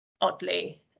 oddly